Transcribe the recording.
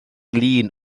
lŷn